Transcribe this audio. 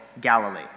Galilee